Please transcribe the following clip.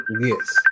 Yes